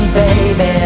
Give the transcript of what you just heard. baby